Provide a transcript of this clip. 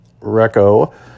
reco